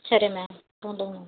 சரி மேம் போதும் மேம்